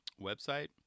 website